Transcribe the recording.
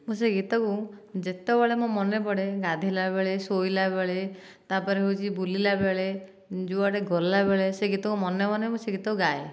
ମୁଁ ସେ ଗୀତକୁ ଯେତେବେଳେ ମୋ ମନେ ପଡ଼େ ଗାଧୋଇଲା ବେଳେ ଶୋଇଲା ବେଳେ ତାପରେ ହେଉଛି ବୁଲିଲା ବେଳେ ଯୁଆଡ଼େ ଗଲାବେଳେ ସେ ଗୀତକୁ ମନେ ମନେ ମୁଁ ସେ ଗୀତକୁ ଗାଏ